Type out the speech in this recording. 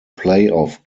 playoff